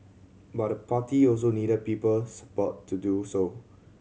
but the party also needed people support to do so